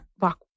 walk